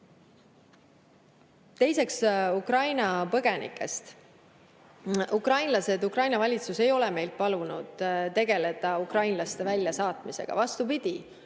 Teiseks, Ukraina põgenikest. Ukrainlased, Ukraina valitsus ei ole meil palunud tegeleda ukrainlaste väljasaatmisega. Vastupidi,